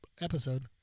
episode